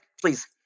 please